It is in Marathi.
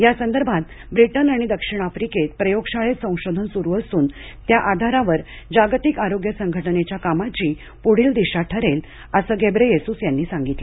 या संदर्भात ब्रिटन आणि दक्षिण आफ्रिकेत प्रयोगशाळेत संशोधन सुरू असून त्या आधारावर जागतिक आरोग्य संघटनेच्या कामाची पुढील दिशा ठरेल असं घेब्रेयेसूस यांनी सांगितलं